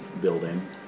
building